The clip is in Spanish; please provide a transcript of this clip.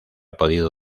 podido